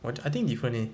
!wah! I think different leh